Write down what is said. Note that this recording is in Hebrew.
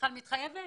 מיכל מתחייבת?